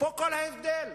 פה כל ההבדל.